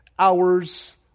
Hours